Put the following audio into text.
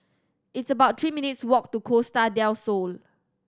it's about three minutes' walk to Costa Del Sol